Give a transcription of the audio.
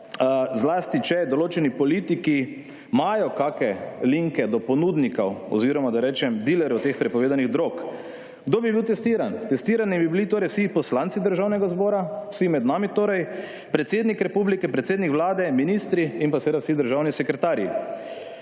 zlasti če določeni politiki imajo kake linke do ponudnikov oziroma da rečem dilerjev teh prepovedanih drog. Kdo bi bil testiran? Testirani bi bili torej vsi poslanci državnega zbora, vsi med nami torej, predsednik republike, predsednik vlade, ministri in pa seveda vsi državni sekretarji,